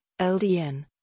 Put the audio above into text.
LDN